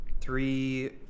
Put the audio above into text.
three